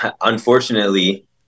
unfortunately